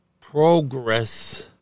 progress